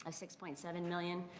ah six point seven million